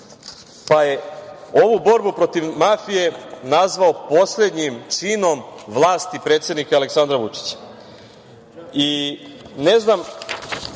pa je ovu borbu protiv mafije nazvao poslednjim činom vlasti predsednika Aleksandra Vučića. Ne